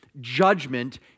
judgment